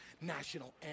national